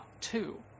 Two